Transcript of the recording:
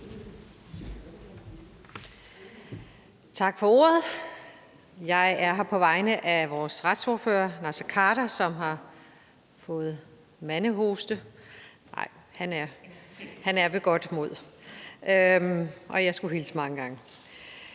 Tak for ordet. Jeg er her på vegne af vores retsordfører, Naser Khader, som har fået mandehoste. Han er ved godt mod, og jeg skulle hilse mange gange